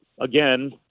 again